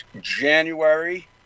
january